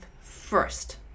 first